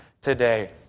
today